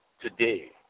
today